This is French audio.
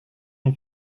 une